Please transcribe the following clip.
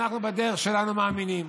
אנחנו בדרך שלנו מאמינים.